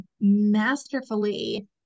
masterfully